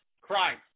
Christ